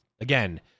again